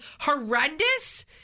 horrendous